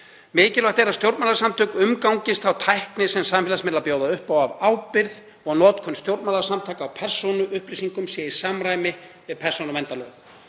Mikilvægt er að stjórnmálasamtök umgangist þá tækni sem samfélagsmiðlar bjóða upp á af ábyrgð og að notkun stjórnmálasamtaka á persónuupplýsingum sé í samræmi við persónuverndarlög.